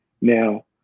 Now